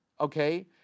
okay